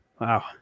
Wow